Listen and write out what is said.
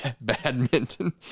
badminton